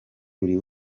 buri